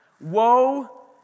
Woe